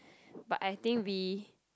but I think we